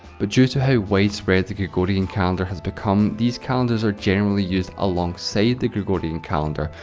but due to how widespread the gregorian calendar has become, these calendars are generally used alongside the gregorian calendar,